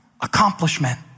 accomplishment